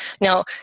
Now